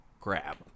grab